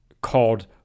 called